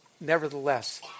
nevertheless